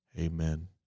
Amen